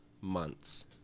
months